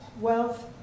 wealth